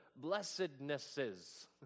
blessednesses